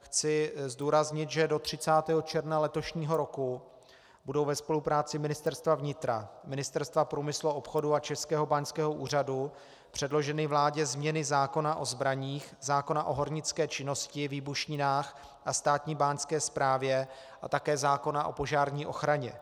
Chci zdůraznit, že do 30. června letošního roku budou ve spolupráci Ministerstva vnitra, Ministerstva průmyslu a obchodu a Českého báňského úřadu předloženy vládě změny zákona o zbraních, zákona o hornické činnosti, výbušninách a Státní báňské správě a také zákona o požární ochraně.